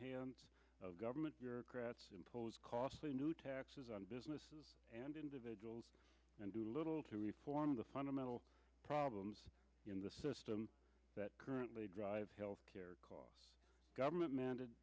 hands of government bureaucrats impose costly new taxes on businesses and individuals and do little to reform the fundamental problems in the system that currently drive health care costs government mandate